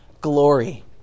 glory